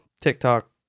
TikTok